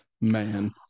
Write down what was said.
Man